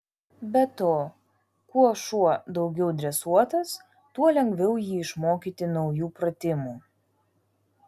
be to kuo šuo daugiau dresuotas tuo lengviau jį išmokyti naujų pratimų